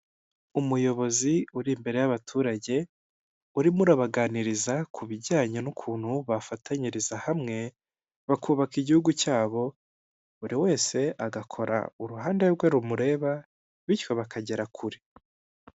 Umuyobozi uri imbere y'abaturage uririmo urabaganiriza ku bijyanye n'ukuntu bafatanyiriza hamwe bakubaka igihugu cyabo buri wese agakora uruhande rwe rumureba bityo bakagera kure.